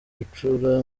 gucura